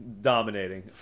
dominating